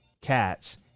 Cats